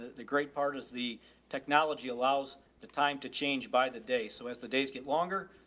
the great part is the technology allows the time to change by the day. so as the days get longer,